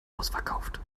ausverkauft